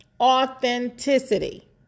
authenticity